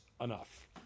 enough